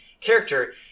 character